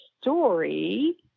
story